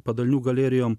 padalinių galerijom